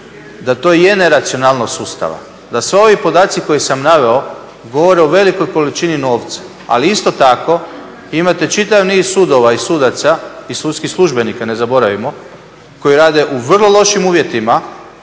da to je neracionalnost sustava, da svi ovi podaci koje sam naveo govore o velikoj količini novca, ali isto tako imate čitav niz sudova i sudaca i sudskih službenika, ne zaboravimo, koji rade u vrlo lošim uvjetima